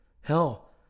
hell